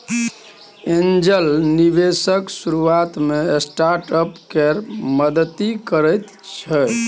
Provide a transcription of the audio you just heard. angel निबेशक शुरुआत मे स्टार्टअप केर मदति करैत छै